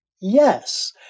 Yes